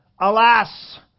Alas